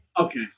Okay